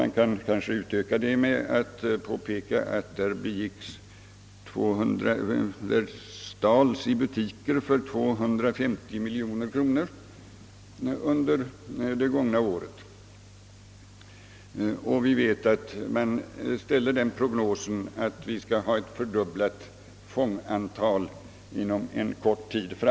Man kan kanske utöka detta med att påpeka att det under det gångna året stals för 250 miljoner kronor i butiker och att vi vet att man ställer prognosen att vi skall ha ett fördubblat fångantal inom en kort tid.